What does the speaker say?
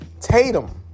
Tatum